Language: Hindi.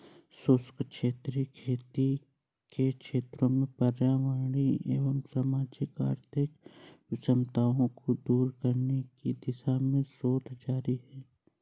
शुष्क क्षेत्रीय खेती के क्षेत्र में पर्यावरणीय एवं सामाजिक आर्थिक विषमताओं को दूर करने की दिशा में शोध जारी है